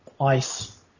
ice